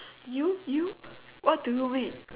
you you what do you mean